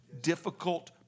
difficult